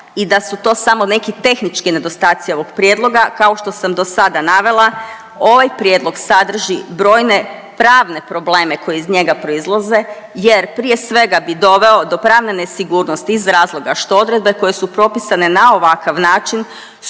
i da su to samo neki tehnički nedostaci ovog prijedloga, kao što sam dosada navela ovaj prijedlog sadrži brojne pravne probleme koji iz njega proizlaze jer prije svega bi doveo do pravne nesigurnosti iz razloga što odredbe koje su propisane na ovakav način